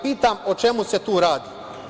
Pitam, o čemu se tu radi?